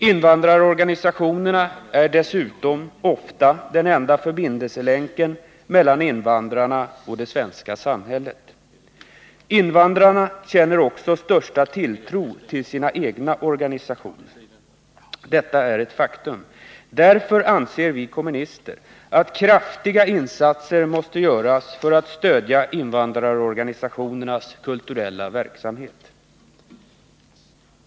Invandrarorganisationerna är dessutom ofta den enda förbindelselänken mellan invandrarna och det svenska samhället. Invandrarna känner också största tilltron till sina egna organisationer. Detta är ett faktum. Därför anser vi kommunister att kraftiga insatser måste göras för att stödja invandrarorganisationernas kulturella verksamhet.